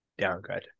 Downgrade